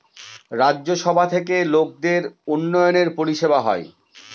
রাজ্য সভা থেকে লোকদের উন্নয়নের পরিষেবা হয়